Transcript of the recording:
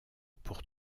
pour